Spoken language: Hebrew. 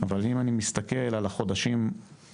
אבל אם אני מסתכל על החודשים אוגוסט,